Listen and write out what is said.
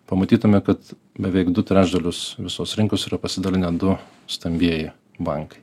pamatytume kad beveik du trečdalius visos rinkos yra pasidalinę du stambieji bankai